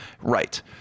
right